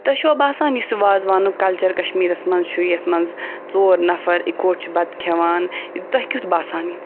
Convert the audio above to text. تۄہہِ چھوا باسان یُس یہِ وازوانُک کَلچر کَشمیرس منٛز چھُ یَتھ منٛز ژور نَفر یِکوَٹہٕ چھِ بَتہٕ چھِ کھٮ۪وان تۄہہِ کِیُتھ باسان یہِ